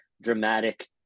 dramatic